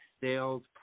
Sales